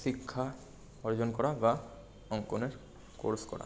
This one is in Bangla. শিক্ষা অর্জন করা বা অঙ্কনের কোর্স করা